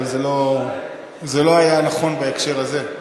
אבל זה לא היה נכון בהקשר הזה.